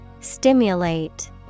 Stimulate